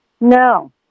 No